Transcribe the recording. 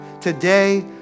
Today